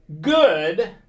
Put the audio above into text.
good